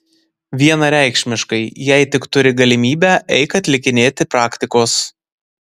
vienareikšmiškai jei tik turi galimybę eik atlikinėti praktikos